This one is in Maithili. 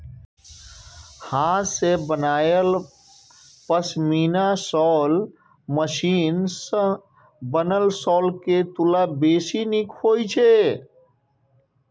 हाथ सं बनायल पश्मीना शॉल मशीन सं बनल शॉलक तुलना बेसी नीक होइ छै